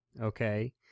okay